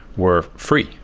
were free.